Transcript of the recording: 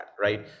right